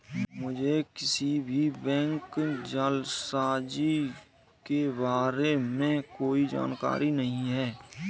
मुझें किसी भी बैंक जालसाजी के बारें में कोई जानकारी नहीं है